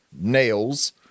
nails